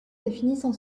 définissent